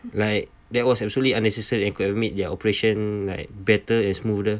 like that was absolutely unnecessary and could have made their operation like better and smoother